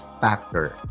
factor